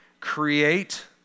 create